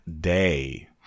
Day